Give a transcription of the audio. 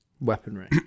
weaponry